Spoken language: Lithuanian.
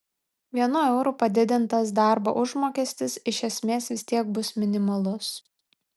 vienu euru padidintas darbo užmokestis iš esmės vis tiek bus minimalus